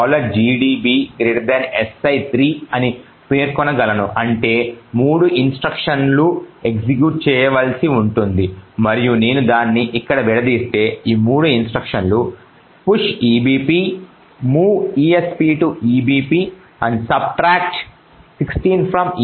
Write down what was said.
కాబట్టి నేను gdb si 3 ని పేర్కొనగలను అంటే 3 ఇన్స్ట్రక్షన్లు ఎగ్జిక్యూట్ చేయవలసి ఉంటుంది మరియు నేను దానిని ఇక్కడ విడదీస్తే ఈ 3 ఇన్స్ట్రక్షన్ లు push ebp move esp to ebp and subtract 16 from esp execute అయ్యాయి